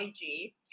IG